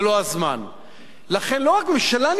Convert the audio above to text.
לכן, לא רק ממשלה נבחרת, הם המומחים,